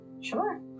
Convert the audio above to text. sure